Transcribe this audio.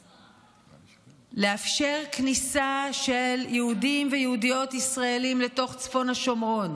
עכשיו לאפשר כניסה של יהודים ויהודיות ישראלים לתוך צפון השומרון,